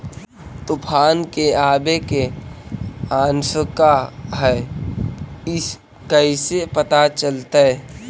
तुफान के आबे के आशंका है इस कैसे पता चलतै?